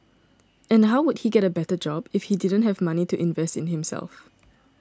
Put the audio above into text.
and how would he get a better job if he didn't have money to invest in himself